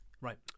right